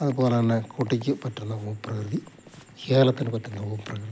അതുപോലെതന്നെ കുട്ടിയ്ക്ക് പറ്റുന്ന ഭൂപ്രകൃതി കേരളത്തിനു പറ്റുന്ന ഭൂപ്രകൃതി